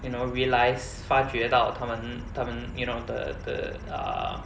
you know realise 发觉到他们他们 you know 的的 err